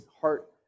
heart